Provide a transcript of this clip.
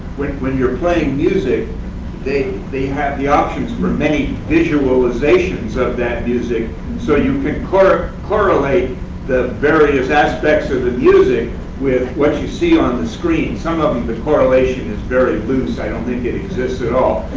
when you're playing music they they have the options for many visualizations of that music so you can correlate correlate the various aspects of the music with what you see on the screen. some of ah and the correlation is very loose. i don't think it exists at all.